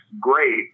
great